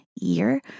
year